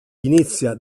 inizia